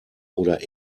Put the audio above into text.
oder